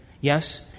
Yes